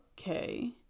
okay